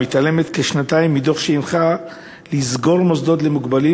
מתעלמת זה כשנתיים מדוח שהנחה לסגור מוסדות למוגבלים,